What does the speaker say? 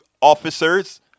officers